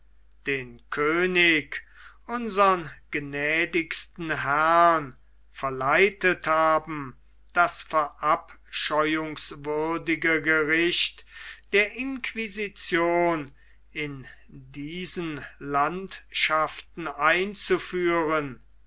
den könig unsern gnädigsten herrn verleitet haben das verabscheuungswürdige gericht der inquisition in diesen landschaften einzuführen